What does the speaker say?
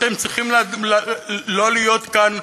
אתם צריכים לא להיות כאן,